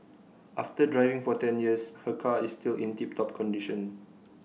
after driving for ten years her car is still in tip top condition